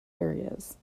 areas